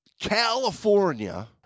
California